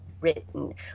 written